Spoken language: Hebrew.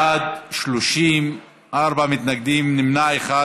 בעד, 30, ארבעה מתנגדים, נמנע אחד.